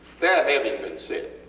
that having been said,